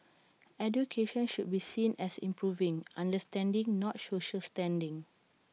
education should be seen as improving understanding not social standing